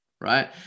right